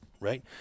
right